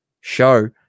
show